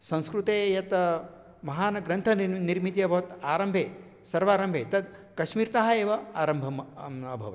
संस्कृते यत् महान् ग्रन्थः निर्मितः अभवत् आरम्भे सर्वारम्भे तत् कश्मीर्तः एव आरम्भम् आम् अभवत्